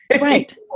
Right